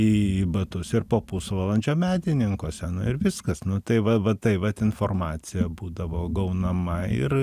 į batus ir po pusvalandžio medininkuose ir viskas nu tai va va taip vat informacija būdavo gaunama ir